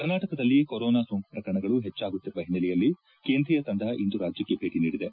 ಕರ್ನಾಟಕದಲ್ಲಿ ಕೊರೋನಾ ಸೋಂಕು ಪ್ರಕರಣಗಳು ಹೆಚ್ಚಾಗುತ್ತಿರುವ ಹಿನ್ನೆಲೆಯಲ್ಲಿ ಕೇಂದ್ರೀಯ ತಂಡ ಇಂದು ರಾಜ್ಯಕ್ಕೆ ಭೇಟಿ ನೀಡಿದೆ